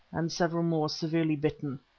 and several more severely bitten,